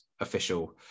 official